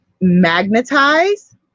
Magnetize